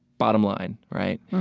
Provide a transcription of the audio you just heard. bottom line, right?